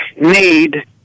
need